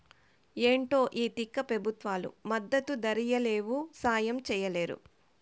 ఏంటో ఈ తిక్క పెబుత్వాలు మద్దతు ధరియ్యలేవు, సాయం చెయ్యలేరు